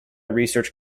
research